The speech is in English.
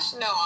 No